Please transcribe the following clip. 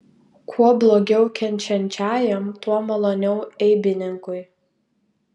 kuo blogiau kenčiančiajam tuo maloniau eibininkui